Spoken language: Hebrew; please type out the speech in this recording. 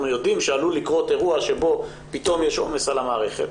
יודעים שעלול לקרות אירוע שבו פתאום יש עומס על המערכות.